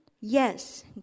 Yes